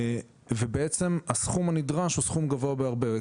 ובעצם הסכום הנדרש הוא סכום גבוה בהרבה,